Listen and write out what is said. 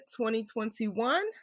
2021